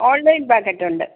online packet ഉണ്ട്